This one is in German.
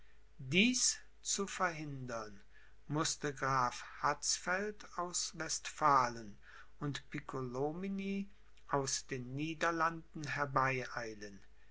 dies zu verhindern mußte graf hatzfeld aus westphalen und piccolomini aus den niederlanden herbeieilen